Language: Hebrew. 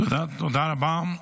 תודה רבה.